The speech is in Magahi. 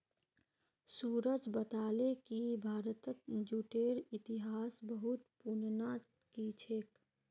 सूरज बताले कि भारतत जूटेर इतिहास बहुत पुनना कि छेक